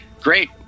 great